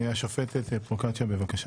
השופטת פרוקצ'יה, בבקשה.